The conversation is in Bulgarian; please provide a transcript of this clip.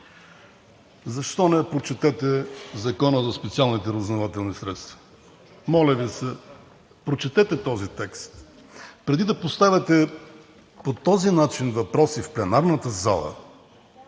Защо не прочетете Закона за специалните разузнавателни средства? Моля Ви се, прочетете този текст. Преди да поставяте по този начин въпроси в пленарната зала,